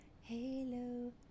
hello